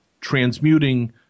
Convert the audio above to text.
Transmuting